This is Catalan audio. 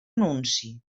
anunci